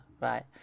right